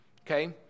okay